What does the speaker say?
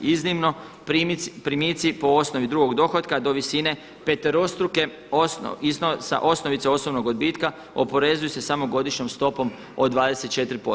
Iznimno primitci po osnovi drugog dohotka do visine peterostruke osnove, sa osnovice osobnog odbitka oporezuju se samo godišnjom stopom od 24%